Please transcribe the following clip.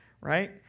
right